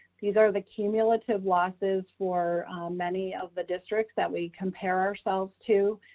these are the cumulative losses for many of the districts that we compare ourselves to.